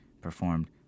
performed